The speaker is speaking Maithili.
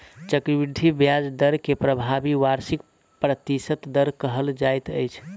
चक्रवृद्धि ब्याज दर के प्रभावी वार्षिक प्रतिशत दर कहल जाइत अछि